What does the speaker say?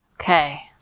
okay